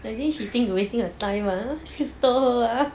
I think she think you wasting her time lah you told her ah